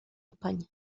españa